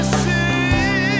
see